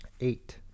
Eight